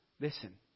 Listen